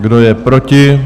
Kdo je proti?